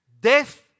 death